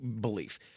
belief